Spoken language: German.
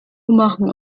machen